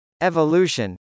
Evolution